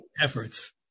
efforts